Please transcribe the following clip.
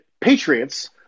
Patriots